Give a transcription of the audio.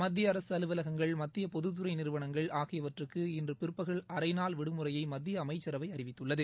மத்திய அரசு அலுவலகங்கள் மத்திய பொதுத்துறை நிறுவனங்கள் ஆகியவற்றுக்கு இன்று பிற்பகல் அரைநாள் விடுமுறையை மத்திய அமைச்சரவை அறிவித்துள்ளது